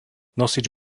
nosič